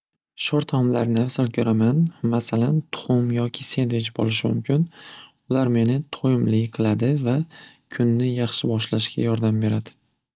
Sho'r taomlarni afzal ko'raman masalan tuxum yoki sendvich bo'lishi mumkin ular meni to'yimli qiladi va kunni yaxshi boshlashga yordam beradi.